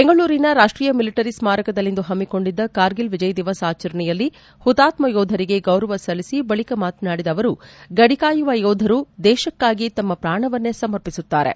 ಬೆಂಗಳೂರಿನ ರಾಷ್ಷೀಯ ಮಿಲಿಟರಿ ಸ್ನಾರಕದಲ್ಲಿಂದು ಪಮ್ನಿಕೊಂಡಿದ್ದ ಕಾರ್ಗಿಲ್ ವಿಜಯ ದಿವಸ್ ಆಚರಣೆಯಲ್ಲಿ ಹುತಾತ್ನ ಯೋಧರಿಗೆ ಗೌರವ ಸಲ್ಲಿಸಿ ಬಳಿಕ ಮಾತನಾಡಿದ ಅವರು ಗಡಿ ಕಾಯುವ ಯೋಧರು ದೇಶಕ್ಕಾಗಿ ತಮ್ಮ ಪ್ರಾಣವನ್ನೇ ಸಮರ್ಪಿಸುತ್ತಾರೆ